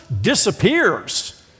disappears